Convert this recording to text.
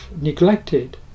neglected